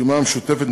הרשימה המשותפת,